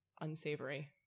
unsavory